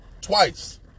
twice